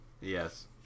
Yes